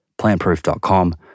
plantproof.com